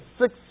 six